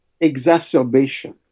exacerbation